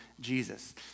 Jesus